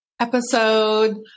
episode